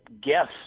guess